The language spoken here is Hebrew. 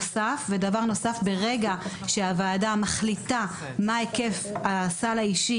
ברגע שהוועדה מחליטה מהו היקף הסל האישי